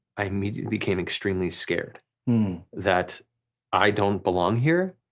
i immediately became extremely scared that i don't belong here,